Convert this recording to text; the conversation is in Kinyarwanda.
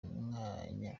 umwanya